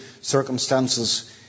circumstances